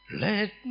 let